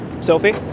Sophie